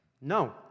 No